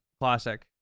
classic